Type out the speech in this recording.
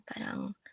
parang